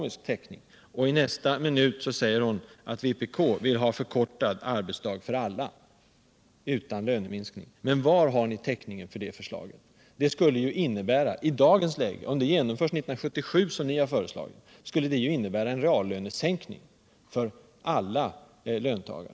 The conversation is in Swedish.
I nästa mening säger hon att vpk vill ha förkortad arbetsdag för alla utan löneminskning. Men var har ni täckningen för det förslaget? Det skulle ju i dagens läge, om det hade genomförts 1977 som ni föreslog, innebära reallönesänkningar för alla löntagare.